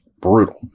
Brutal